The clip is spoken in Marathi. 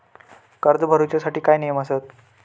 कर्ज भरूच्या साठी काय नियम आसत?